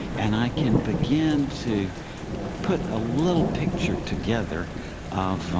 and i can begin to put a little picture together of